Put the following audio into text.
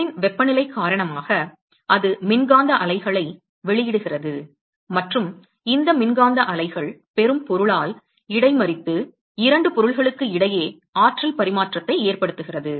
பொருளின் வெப்பநிலை காரணமாக அது மின்காந்த அலைகளை வெளியிடுகிறது மற்றும் இந்த மின்காந்த அலைகள் பெறும் பொருளால் இடைமறித்து 2 பொருள்களுக்கு இடையே ஆற்றல் பரிமாற்றத்தை ஏற்படுத்துகிறது